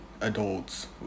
adults